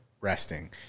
resting